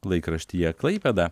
laikraštyje klaipėda